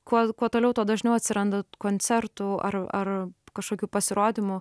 kuo kuo toliau tuo dažniau atsiranda koncertų ar ar kažkokių pasirodymų